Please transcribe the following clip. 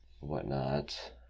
whatnot